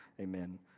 Amen